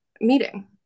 meeting